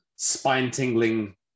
spine-tingling